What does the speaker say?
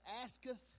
asketh